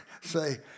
say